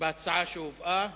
בהצעה שהובאה.